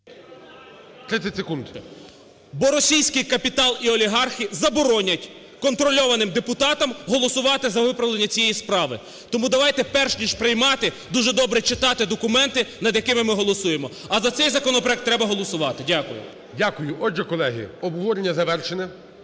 І.І. … бо російський капітал і олігархи заборонять контрольованим депутатам голосувати за виправлення цієї справи. Тому давайте, перш ніж приймати, дуже добре читати документи, над якими ми голосуємо. А за цей законопроект треба голосувати. Дякую. ГОЛОВУЮЧИЙ. Дякую. Отже, колеги, обговорення завершене.